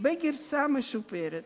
בגרסה משופרת,